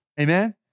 Amen